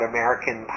American